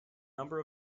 number